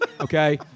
Okay